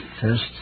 First